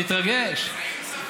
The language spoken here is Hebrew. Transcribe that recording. תתרגש.